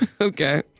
Okay